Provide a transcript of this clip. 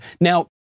Now